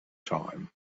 time